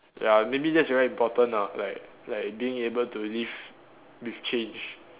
ya maybe that's very important ah like like being able to live with change